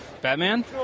Batman